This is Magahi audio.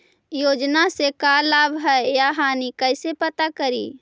योजना से का लाभ है या हानि कैसे पता करी?